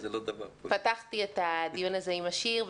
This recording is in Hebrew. פתחתי את הדיון הזה עם השיר.